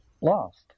lost